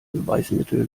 beweismittel